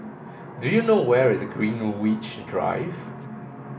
do you know where is Greenwich Drive